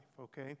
okay